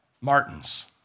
Martin's